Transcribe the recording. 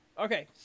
Okay